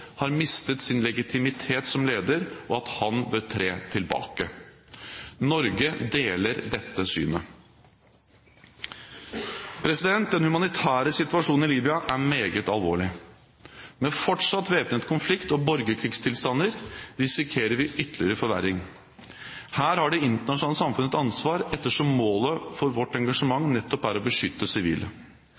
har mistet sin legitimitet som leder, og at han bør tre tilbake. Norge deler dette synet. Den humanitære situasjonen i Libya er meget alvorlig. Med fortsatt væpnet konflikt og borgerkrigstilstander risikerer vi ytterligere forverring. Her har det internasjonale samfunn et ansvar ettersom målet for vårt engasjement nettopp er å beskytte sivile.